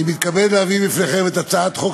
אני מתכבד להביא בפניכם את הצעת חוק